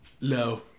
no